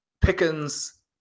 Pickens